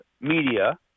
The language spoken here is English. media